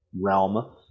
realm